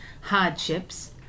hardships